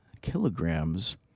kilograms